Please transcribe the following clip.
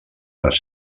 les